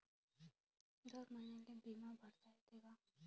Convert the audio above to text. दर महिन्याले बिमा भरता येते का?